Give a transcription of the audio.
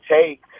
take